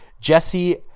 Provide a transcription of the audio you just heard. Jesse